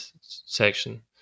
section